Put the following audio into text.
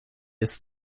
ist